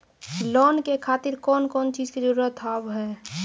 Loan के खातिर कौन कौन चीज के जरूरत हाव है?